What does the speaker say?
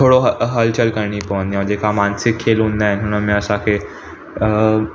थोरो हलचल करिणी पवंदी आहे जेका मानसिक खेल हूंदा आहिनि हुनमें असांखे अ